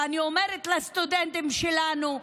ואני אומרת לסטודנטים שלנו: